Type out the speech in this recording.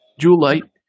Jewelite